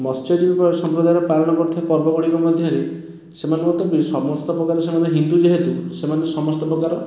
ମତ୍ସ୍ୟଜୀବୀ ସଂପ୍ରଦାୟରେ ପାଳନ କରୁଥିବା ପର୍ବଗୁଡ଼ିକ ମଧ୍ୟରେ ସେମାନେ ହୁଏତ ସମସ୍ତ ପ୍ରକାର ସେମାନେ ହିନ୍ଦୁ ଯେହେତୁ ସେମାନେ ସମସ୍ତ ପ୍ରକାର